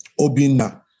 Obina